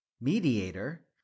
mediator